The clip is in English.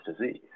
disease